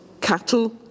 cattle